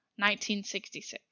1966